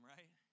Right